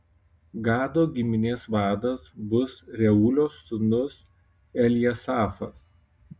gado giminės vadas bus reuelio sūnus eljasafas